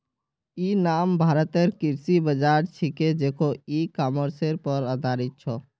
इ नाम भारतेर कृषि बाज़ार छिके जेको इ कॉमर्सेर पर आधारित छ